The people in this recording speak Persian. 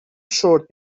شرت